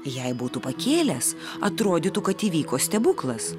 jei būtų pakėlęs atrodytų kad įvyko stebuklas